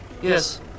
Yes